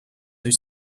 were